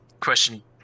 Question